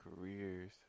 careers